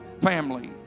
family